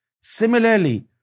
Similarly